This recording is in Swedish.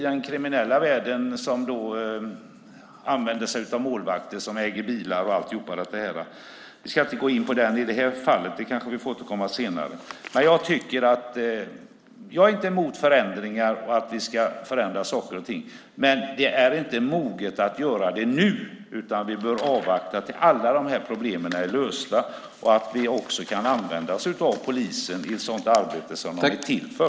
Den kriminella världen använder sig av så kallade målvakter som äger bilar, men vi ska inte gå in på det här. Det kanske vi får återkomma till senare. Jag är inte emot förändringar, men tiden är inte mogen att göra det nu. Vi bör avvakta tills alla de här problemen är lösta så att vi också kan använda oss av polisen i ett sådant arbete som den är till för.